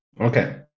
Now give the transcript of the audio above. Okay